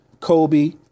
Kobe